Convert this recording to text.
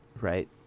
right